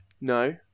No